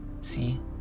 See